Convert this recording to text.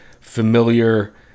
familiar